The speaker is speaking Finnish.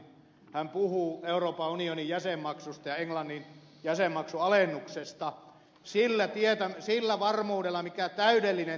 hän puhuu euroopan unionin jäsenmaksusta ja englannin jäsenmaksualennuksesta sillä varmuudella minkä täydellinen tietämättömyys antaa